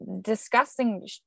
disgusting